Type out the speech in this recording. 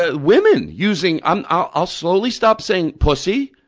ah women using um i'll slowly stop saying pussy,